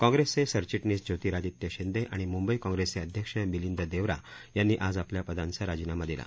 कॉग्रेसचे सरचिटणीस ज्योतिरादित्य शिंदे आणि मंबई काँग्रेसचे अध्यक्ष मिलिंद देवरा यांनी आज आपल्या पदांचा राजीनामा दिला